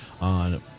on